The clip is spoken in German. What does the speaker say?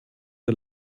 der